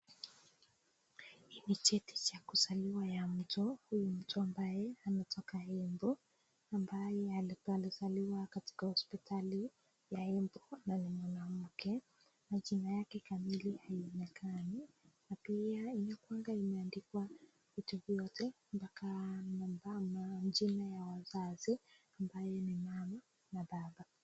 Hii ni cheti cha kuzaliwa ya mtu mtu huyu ambaye anatoka Embu amba ye alikuwa anasaliwa Kwa hospitali ya Embu na ni mwanamke na jina yake kamili ni nakali pia imeandikwa vitu vyote namba yake jina ya wazazi ambaye ni mama na baba.